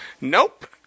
Nope